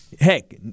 Heck